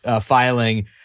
filing